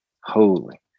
holy